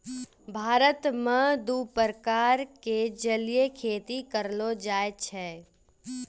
भारत मॅ दू प्रकार के जलीय खेती करलो जाय छै